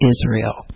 Israel